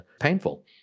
painful